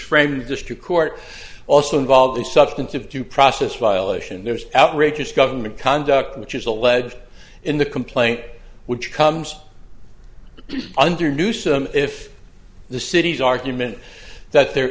frankly district court also involved the substantive due process violation there's outrageous government conduct which is alleged in the complaint which comes under newsome if the city's argument that there